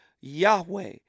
Yahweh